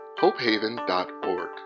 hopehaven.org